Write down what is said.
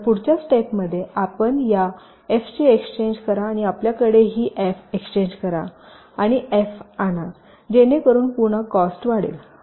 तर पुढच्या स्टेपमध्ये आपण या एफ ची एक्सचेंज करा आणि आपल्याकडे ही एफ एक्सचेंज करा आणि एफ आणाजेणेकरून पुन्हा कॉस्ट वाढेल